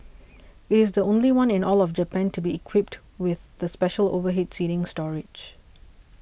it is the only one in all of Japan to be equipped with the special overhead seating storage